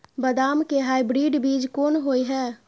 बदाम के हाइब्रिड बीज कोन होय है?